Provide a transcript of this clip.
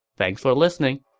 thanks for listening!